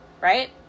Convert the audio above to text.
right